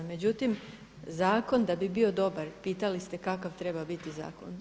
Međutim, zakon da bi bio dobar pitali ste kakav treba biti zakon.